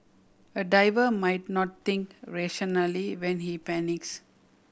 a diver might not think rationally when he panics